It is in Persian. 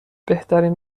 بهترین